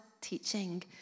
teaching